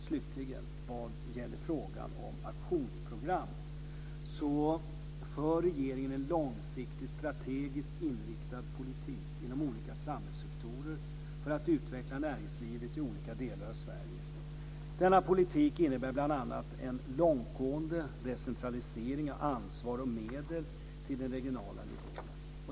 Slutligen vad gäller frågan om aktionsprogram så för regeringen en långsiktigt strategiskt inriktad politik inom olika samhällssektorer för att utveckla näringslivet i olika delar av Sverige. Denna politik innebär bl.a. en långtgående decentralisering av ansvar och medel till den regionala nivån.